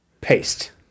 paste